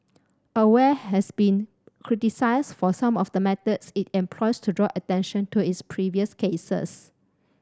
aware has been criticised for some of the methods it employs to draw attention to its previous causes